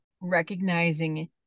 recognizing